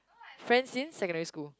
friends since secondary school